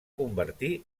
convertir